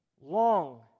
long